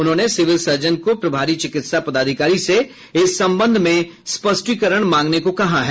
उन्होंने civil surgeon को प्रभारी चिकित्सा पदाधिकारी से इस संबंध में स्पष्टीकरण मांगने को कहा है